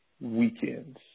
weekends